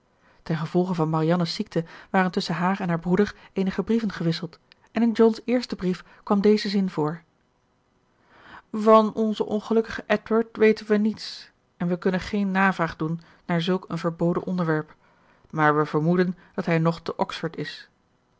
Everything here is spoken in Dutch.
ten gevolge van marianne's ziekte waren tusschen haar en haar broeder eenige brieven gewisseld en in john's eersten brief kwam deze zin voor van onzen ongelukkigen edward weten we niets en we kunnen geen navraag doen naar zulk een verboden onderwerp maar we vermoeden dat hij nog te oxford is